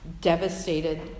devastated